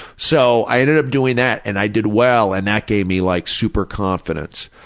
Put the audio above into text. so i ended up doing that and i did well and that gave me like super confidence.